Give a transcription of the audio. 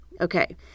Okay